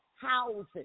houses